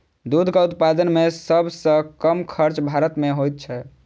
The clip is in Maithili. दूधक उत्पादन मे सभ सॅ कम खर्च भारत मे होइत छै